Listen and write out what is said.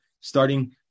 starting